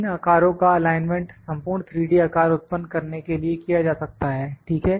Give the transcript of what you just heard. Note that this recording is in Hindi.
इन आकारों का अलाइनमेंट संपूर्ण 3D आकार उत्पन्न करने के लिए किया जा सकता है ठीक है